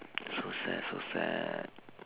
so sad so sad